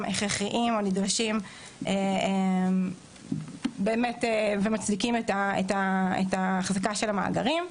הכרחיים הנדרשים באמת ומצדיקים את החזקת המאגרים.